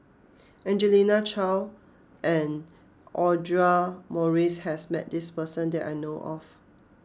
Angelina Choy and Audra Morrice has met this person that I know of